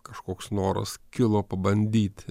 kažkoks noras kilo pabandyti